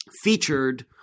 featured